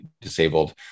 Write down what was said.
disabled